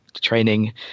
training